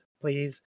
Please